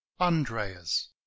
Andreas